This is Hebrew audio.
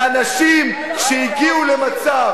לאנשים שהגיעו למצב,